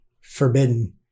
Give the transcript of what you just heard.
forbidden